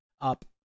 Up